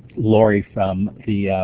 lorry from the